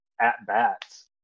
at-bats